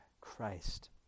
Christ